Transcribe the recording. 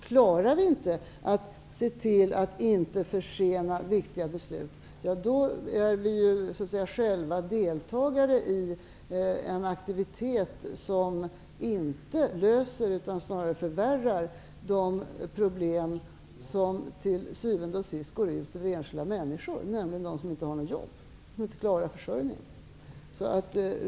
Klarar vi inte att se till att inte försena viktiga beslut, då är vi själva deltagare i en aktivitet som inte leder till någon lösning utan snarare förvärrar de problem som till syvende och sist går ut över enskilda människor som inte har jobb och som inte klarar sin försörjning.